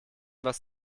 was